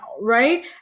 right